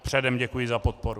Předem děkuji za podporu.